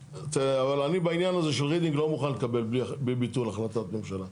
אבל בעניין הזה של רידינג אני לא מוכן לקבל בלי ביטול החלטת ממשלה,